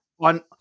on